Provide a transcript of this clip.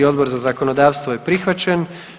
Odbora za zakonodavstvo je prihvaćen.